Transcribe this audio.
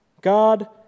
God